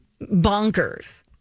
bonkers